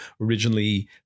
originally